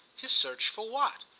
his search for what?